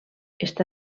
està